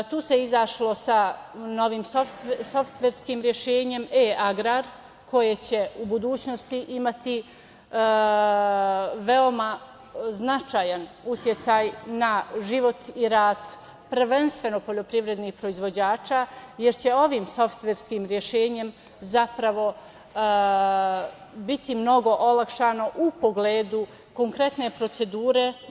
Tu se izašlo sa novim softverskim rešenjem E-agrar, koje će u budućnosti imati veoma značajan uticaj na život i rast, prvenstveno poljoprivrednih proizvođača, jer će ovim softverskim rešenjem zapravo biti mnogo olakšano u pogledu konkretne procedure.